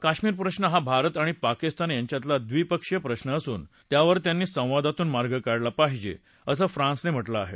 कश्मीर प्रश्न हा भारत आणि पाकिस्तान यांच्यातला द्विपक्षीय प्रश्न असून त्यावर त्यांनी संवादातून मार्ग काढला पाहिजे असं फ्रान्सने म्हटलं आहे